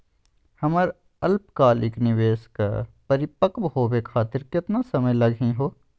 हमर अल्पकालिक निवेस क परिपक्व होवे खातिर केतना समय लगही हो?